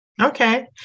Okay